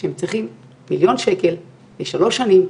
שהם צריכים מיליון שקל לשלוש שנים,